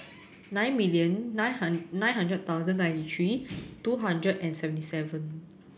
nine million nine nine hundred thousand ninety three two hundred and seventy seven